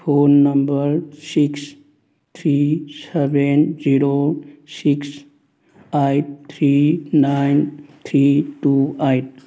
phone number six three seven zero six eight three nine three two eight